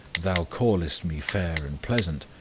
thou callest me fair and pleasant,